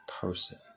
person